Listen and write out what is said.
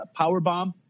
Powerbomb